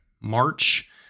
March